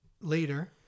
later